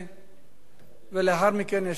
ולאחר מכן ישיב השר שלום שמחון.